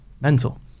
mental